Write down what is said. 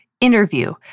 interview